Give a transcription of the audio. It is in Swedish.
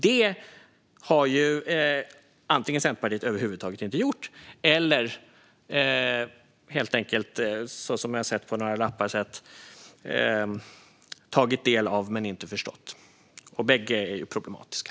Det har Centerpartiet antingen över huvud taget inte gjort eller, som vi sett på några lappar, tagit del av men inte förstått. Bägge är problematiska.